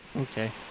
Okay